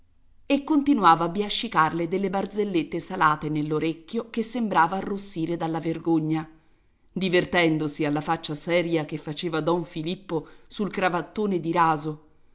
continuava a biasciarle delle barzellette salate nell'orecchio che sembrava arrossire dalla vergogna divertendosi alla faccia seria che faceva don filippo sul cravattone di raso